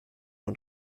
und